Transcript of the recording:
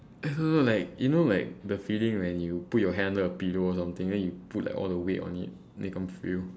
like you know like the feeling when you put your hand under a pillow or something then you put like all the weight on it then you can't feel